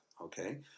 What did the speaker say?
okay